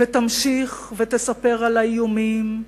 ותמשיך ותספר על האיומים,